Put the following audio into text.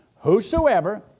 whosoever